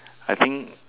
I think